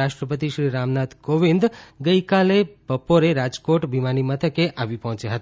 રાષ્ટ્રપતિ શ્રી રામનાથ કોવિંદ ગઇકાલે બપોરે રાજકોટ વિમાની મથકે આવી પહોંચ્યા હતા